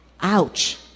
Ouch